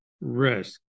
risk